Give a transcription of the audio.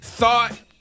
Thought